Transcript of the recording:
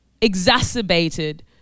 exacerbated